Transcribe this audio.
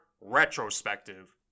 Retrospective